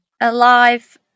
Alive